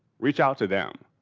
reach out to them.